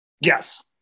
Yes